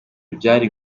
byari